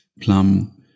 plum